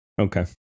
Okay